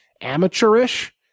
amateurish